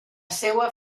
seua